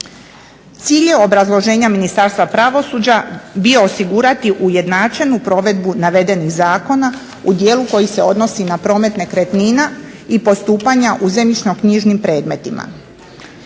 Cilj je obrazloženja Ministarstva pravosuđa bio osigurati ujednačenu provedbu navedenih zakona u dijelu koji se odnosi na promet nekretnina i postupanja u zemljišno-knjižnim predmetima.